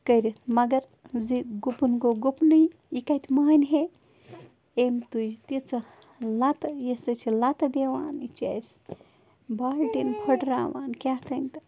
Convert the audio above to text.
کٔرِتھ مگر زِ گُپُن گوٚو گُپُنٕے یہِ کَتہِ مانہِ ہے أمۍ تُج تیٖژاہ لَتہٕ یہِ ہسا چھِ لَتہٕ دِوان یہِ چھےٚ اَسہِ بالٹیٖن پھٕٹراوان کیٛاہ تھام تہٕ